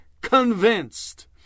convinced